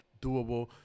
doable